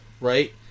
Right